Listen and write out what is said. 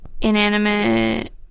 inanimate